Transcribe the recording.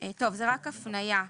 זו רק הפניה,